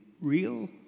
real